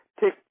take